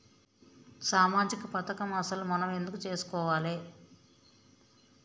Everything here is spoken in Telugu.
సామాజిక పథకం అసలు మనం ఎందుకు చేస్కోవాలే?